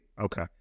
Okay